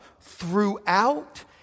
throughout